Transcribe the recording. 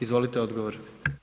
Izvolite odgovor.